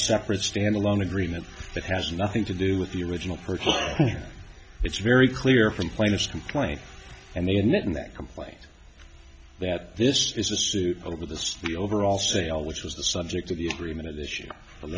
separate stand alone agreement that has nothing to do with the original purchase it's very clear from plaintiffs complaint and they admitted that complaint that this is a suit over the story overall sale which was the subject of the agreement this year